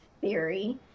theory